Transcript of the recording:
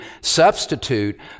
substitute